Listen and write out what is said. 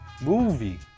movie